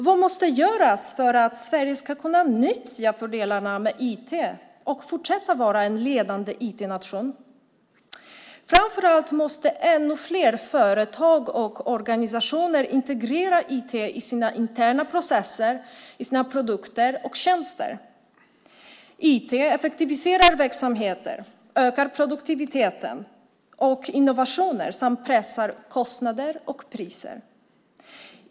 Vad måste göras för att Sverige ska kunna nyttja fördelarna med IT och fortsätta att vara en ledande IT-nation? Framför allt måste ännu fler företag och organisationer integrera IT i sina interna processer samt i sina produkter och tjänster. IT effektiviserar verksamheter, ökar produktiviteten och innovationer samt pressar kostnader och priser.